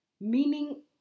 meaning